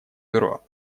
бюро